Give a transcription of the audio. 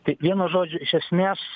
tai vienu žodžiu iš esmės